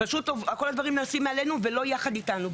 כול הדברים נעשים מעלינו ולא יחד איתנו.